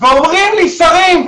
ואומרים לי שרים,